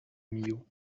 millau